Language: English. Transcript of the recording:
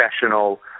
professional